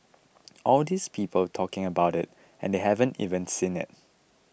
all these people talking about it and they haven't even seen it